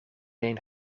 een